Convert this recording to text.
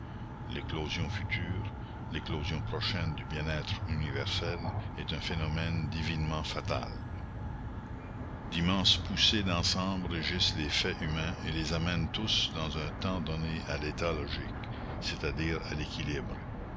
l'éclosion future l'éclosion prochaine du bien-être universel est un phénomène divinement fatal d'immenses poussées d'ensemble régissent les faits humains et les amènent tous dans un temps donné à l'état logique c'est-à-dire à l'équilibre